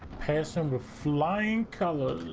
passing with flying colors